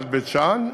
עד בית-שאן,